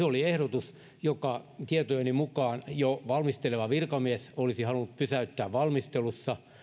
oli ehdotus jonka tietojeni mukaan jo valmisteleva virkamies olisi halunnut pysäyttää valmistelussa